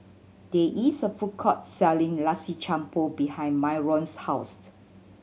there is a food court selling Nasi Campur behind Myron's housed